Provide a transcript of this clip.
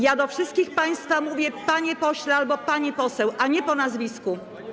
Ja do wszystkich państwa mówię: panie pośle albo pani poseł, a nie po nazwisku.